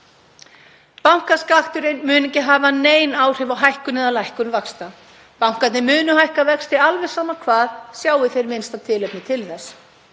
Bankaskatturinn mun ekki hafa nein áhrif á hækkun eða lækkun vaxta. Bankarnir munu hækka vexti, alveg sama hvað, sjái þeir minnsta tilefni til þess.